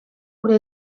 gure